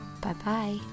Bye-bye